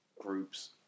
groups